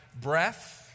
breath